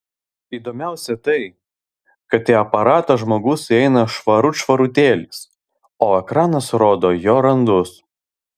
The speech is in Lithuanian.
įdomiausia tai kad į aparatą žmogus įeina švarut švarutėlis o ekranas rodo jo randus